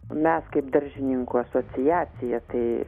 mes kaip daržininkų asociacija tai